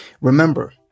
Remember